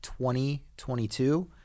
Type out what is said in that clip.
2022